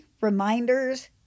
reminders